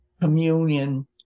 communion